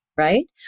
right